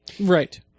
Right